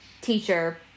teacher